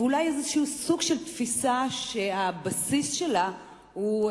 ואולי איזה סוג של תפיסה שהבסיס שלה הוא,